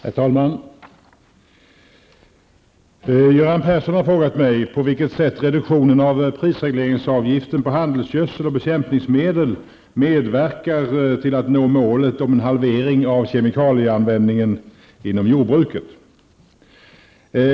Herr talman! Göran Persson har frågat mig på vilket sätt reduktionen av prisregleringsavgiften på handelsgödsel och bekämpningsmedel medverkar till att nå målet om en halvering av kemikalieanvändningen inom jordbruket.